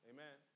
Amen